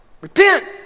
Repent